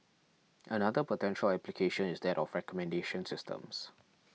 another potential application is that of recommendation systems